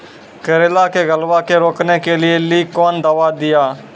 करेला के गलवा के रोकने के लिए ली कौन दवा दिया?